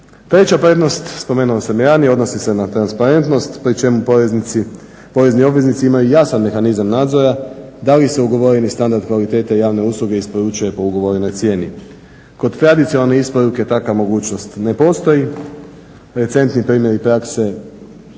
Treća prednost, spomenuo sam i ranije, odnosi se na transparentnost pri čemu porezni obveznici imaju jasan mehanizam nadzora, da li se ugovoreni standard kvalitete javne usluge isporučuje po ugovorenoj cijeni. Kod tradicionalne isporuke takva mogućnost ne postoji, recentni primjeri prakse